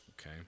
okay